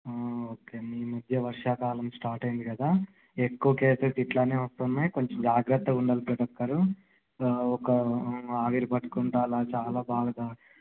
okay మీ మధ్య వర్షకాలం స్టాట్ అయింది కదా ఎక్కువ కేసెస్ ఇట్లానే వస్తున్నాయి కొంచెం జాగ్రత్తగుండాలి ప్రతీ ఒక్కరు ఒక ఆవిరి పట్టుకుంటా అలా చాలా బాగా